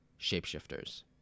Shapeshifters